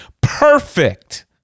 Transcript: perfect